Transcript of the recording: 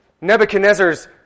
Nebuchadnezzar's